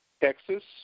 Texas